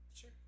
Sure